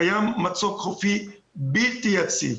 קיים מצוק חופי בלתי יציב.